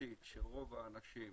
שרוב האנשים,